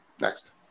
Next